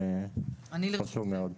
זה חשוב מאוד.